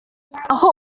aho